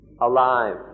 alive